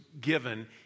given